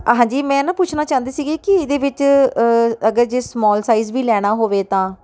ਹਾਂਜੀ ਮੈਂ ਨਾ ਪੁੱਛਣਾ ਚਾਹੁੰਦੀ ਸੀਗੀ ਕਿ ਇਹਦੇ ਵਿੱਚ ਅਗਰ ਜੇ ਸਮੋਲ ਸਾਈਜ਼ ਵੀ ਲੈਣਾ ਹੋਵੇ ਤਾਂ